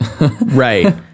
Right